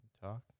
talk